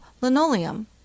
linoleum